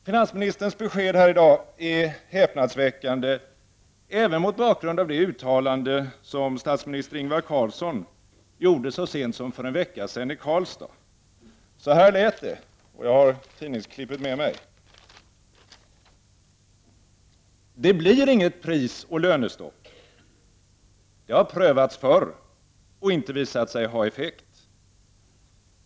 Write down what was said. Finansministerns besked här i dag är häpnadsväckande även mot bakgrund av det uttalande som statsminister Ingvar Carlsson gjorde så sent som för en vecka sedan i Karlstad. Så här lät det: ”Det blir inget prisoch lönestopp. Det har prövats förr och inte visat sig ha effekt.